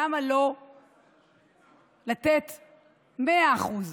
למה לא לתת 100%?